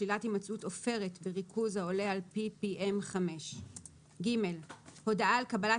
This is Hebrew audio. שלילת הימצאות עופרת בריכוז העולה על 5 PPM; (ג)הודעה על קבלת